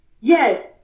Yes